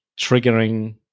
triggering